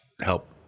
help